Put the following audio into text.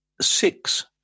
six